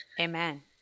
Amen